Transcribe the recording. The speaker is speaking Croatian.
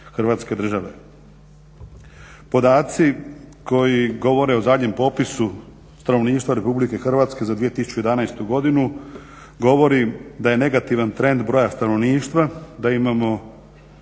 Hrvatske države. Podaci koji govore o zadnjem popisu stanovništva RH za 2011. godinu govori da je negativan trend broja stanovništva, da imamo